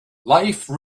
life